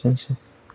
एसेनोसै